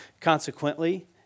consequently